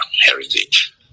heritage